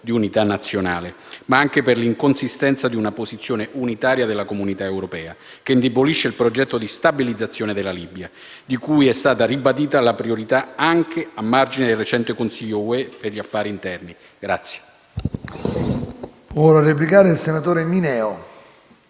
di unità nazionale, ma anche per l'inconsistenza di una posizione unitaria della Comunità europea, che indebolisce il progetto di stabilizzazione della Libia, la cui priorità è stata ribadita anche a margine del recente Consiglio UE per gli affari interni.